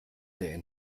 der